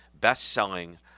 best-selling